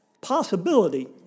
possibility